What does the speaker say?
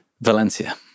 Valencia